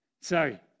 Sorry